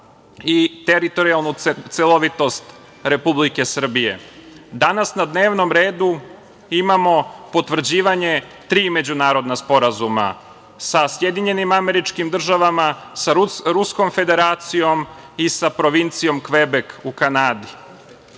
i teritorijalnu celovitost Republike Srbije. Danas na dnevnom redu imamo potvrđivanje tri međunarodna sporazuma sa SAD, sa Ruskom Federacijom i sa provincijom Kvebek u